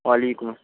وعلیکم السلام